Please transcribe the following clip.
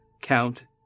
count